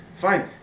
fine